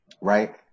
right